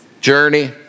journey